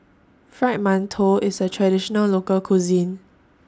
Fried mantou IS A Traditional Local Cuisine